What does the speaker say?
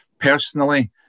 Personally